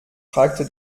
fragte